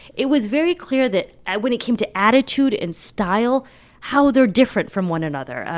it was very clear that when it came to attitude and style how they're different from one another.